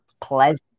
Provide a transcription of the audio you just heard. pleasant